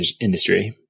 industry